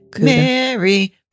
Mary